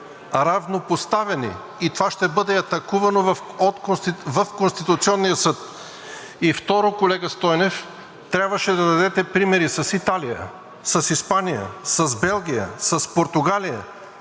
равнопоставени, и това ще бъде атакувано в Конституционния съд. И второ, колега Стойнев, трябваше да дадете примери с Италия, с Испания, с Белгия, с Португалия,